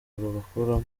bakuramo